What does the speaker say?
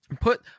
put